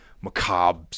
macabre